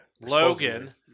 Logan